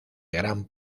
gran